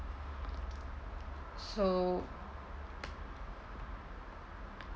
so